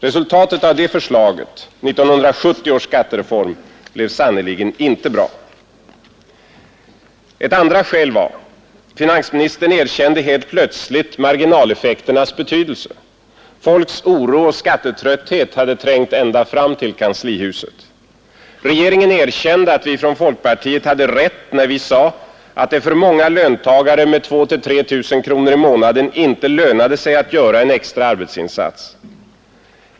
Resultatet av det förslaget, 1970 års skattereform, blev sannerligen inte bra. För det andra: Finansministern erkände helt plötsligt marginaleffekternas betydelse. Folks oro och skattetrötthet hade trängt ända fram till kanslihuset. Regeringen erkände att vi ifrån folkpartiet hade rätt, när vi sade att det för många löntagare med 2 000—-3 000 kronor i månaden inte lönade sig att göra en extra arbetsinsats.